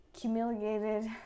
humiliated